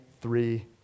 three